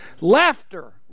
laughter